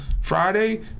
Friday